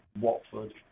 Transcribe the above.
Watford